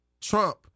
Trump